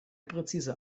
präzise